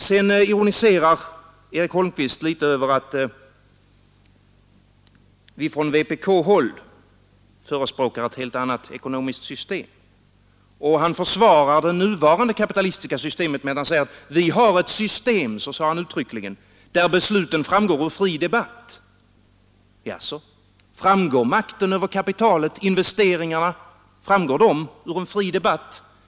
Vidare ironiserar Eric Holmqvist litet över att vi från vpk-håll förespråkar ett helt annat ekonomiskt system. Han försvarar det nuvarande kapitalistiska systemet med att uttryckligen säga: Vi har ett system där besluten framgår ur en fri debatt. Jasså, framgår makten över kapitalet och över investeringarna ur en fri debatt?